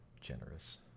generous